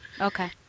Okay